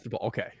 Okay